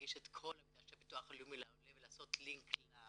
להגיש את כל המידע של ביטוח לאומי לעולה ולעשות לינק לאתר,